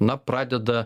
na pradeda